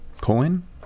coin